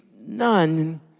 none